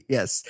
Yes